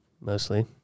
mostly